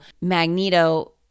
Magneto